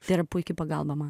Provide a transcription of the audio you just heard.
tai yra puiki pagalba